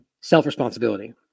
self-responsibility